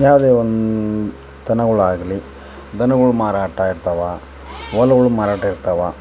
ಯಾವುದೆ ಒಂದು ದನಗಳ್ ಆಗಲಿ ದನಗಳ್ ಮಾರಾಟ ಆಗ್ತಾವೆ ಹೊಲಗಳ್ ಮಾರಾಟ ಇರ್ತಾವೆ